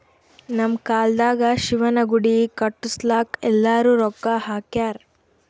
ನಮ್ ಕಾಲ್ದಾಗ ಶಿವನ ಗುಡಿ ಕಟುಸ್ಲಾಕ್ ಎಲ್ಲಾರೂ ರೊಕ್ಕಾ ಹಾಕ್ಯಾರ್